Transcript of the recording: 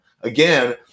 again